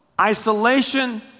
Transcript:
Isolation